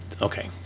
okay